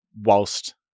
whilst